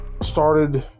started